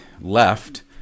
left